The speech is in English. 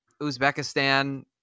uzbekistan